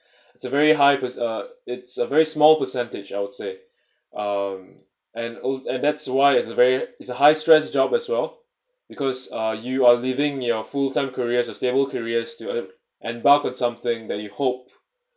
it's a very high uh it's a very small percentage I would say um and al~ and that's why it's very is a high stress job as well because uh you are leaving your full time careers of stable career toward embark on something that you hope